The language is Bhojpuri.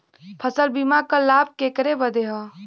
फसल बीमा क लाभ केकरे बदे ह?